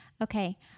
Okay